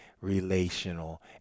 relational